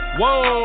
whoa